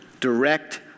direct